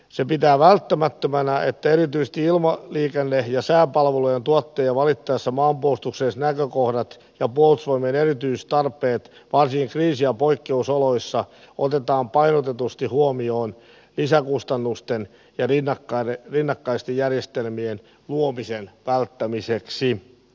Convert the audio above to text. se pitää välttämättömänä että erityisesti ilmaliikenne ja sääpalvelujen tuottajia valittaessa maanpuolustukselliset näkökohdat ja puolustusvoimien erityistarpeet varsinkin kriisi ja poikkeusoloissa otetaan painotetusti huomioon lisäkustannusten ja rinnakkaisten järjestelmien luomisen välttämiseksi